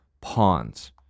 pawns